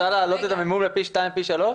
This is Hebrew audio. רוצה להעלות את המימון לפי שניים או פי שלושה?